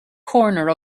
corner